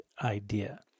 idea